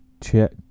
check